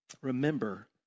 Remember